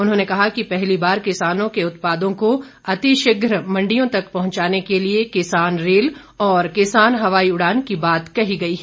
उन्होंने कहा कि पहली बार किसानों के उत्पादों को अतिशीघ्र मंडियों तक पहुंचाने के लिए किसान रेल और किसान हवाई उड़ान की बात कही गई है